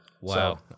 Wow